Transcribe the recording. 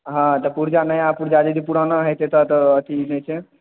हाँ तऽ पुरजा लेने आयब पुरजा यदि पुराना हेतै तब तऽ अथी जे छै